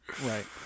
Right